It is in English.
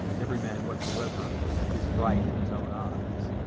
every man whatsoever is right in his own eyes.